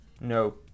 No